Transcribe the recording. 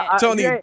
Tony